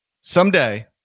someday